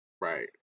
Right